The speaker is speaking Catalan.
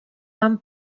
van